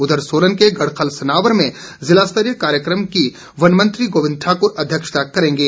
उधर सोलन के गढ़खल सनावर में ज़िलास्तरीय कार्यक्रम की वन मंत्री गोविंद ठाकुर अध्यक्षता करेंगे